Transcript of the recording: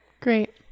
great